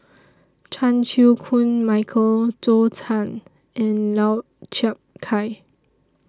Chan Chew Koon Michael Zhou Can and Lau Chiap Khai